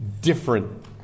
different